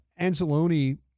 Anzalone